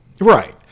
Right